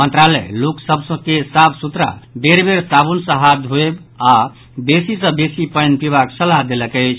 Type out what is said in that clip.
मंत्रालय लोक सभ के साफ सुथरा बेर बेर साबुन सँ हाथ धोयब आओर बेसी सँ बेसी पानि पिबाक सलाह देलक अछि